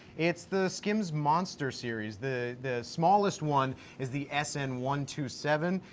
it's the skimz monzter series. the the smallest one is the s n one two seven,